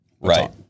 Right